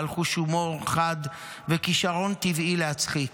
בעל חוש הומור חד וכישרון טבעי להצחיק.